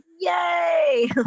yay